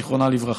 זיכרונה לברכה.